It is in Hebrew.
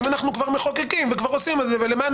אם אנחנו מחוקקים וכבר עושים את זה ולמען